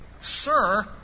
Sir